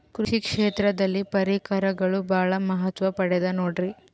ಕೃಷಿ ಕ್ಷೇತ್ರದಲ್ಲಿ ಪರಿಕರಗಳು ಬಹಳ ಮಹತ್ವ ಪಡೆದ ನೋಡ್ರಿ?